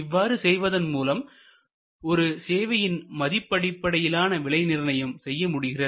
இவ்வாறு செய்வதன் மூலம் ஒரு சேவையின் மதிப்பு அடிப்படையிலான விலை நிர்ணயம் செய்ய முடிகிறது